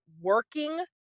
working